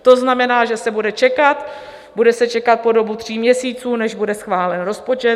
To znamená, že se bude čekat, bude se čekat po dobu tří měsíců, než bude schválen rozpočet.